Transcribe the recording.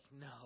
no